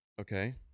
Okay